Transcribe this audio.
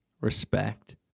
respect